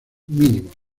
mínimos